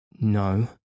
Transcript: No